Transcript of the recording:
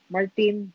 Martin